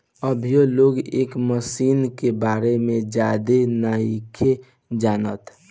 अभीयो लोग ए मशीन के बारे में ज्यादे नाइखे जानत